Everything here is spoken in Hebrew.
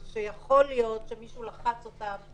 אם אנחנו מדברים על חוק של 12 חודשים כפי שכרגע מונח כאן,